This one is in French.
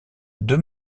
deux